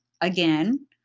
Again